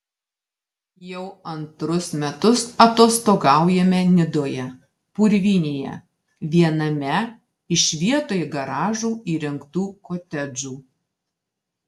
jau antrus metus atostogaujame nidoje purvynėje viename iš vietoj garažų įrengtų kotedžų